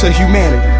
humanity